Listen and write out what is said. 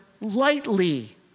lightly